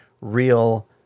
real